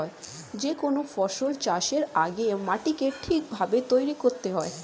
যে কোনো ফসল চাষের আগে মাটিকে ঠিক ভাবে তৈরি করতে হয়